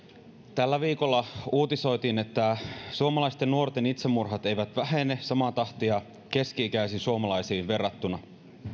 tällä viikolla uutisoitiin että suomalaisten nuorten itsemurhat eivät vähene samaa tahtia keski ikäisiin suomalaisiin verrattuna